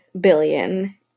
billion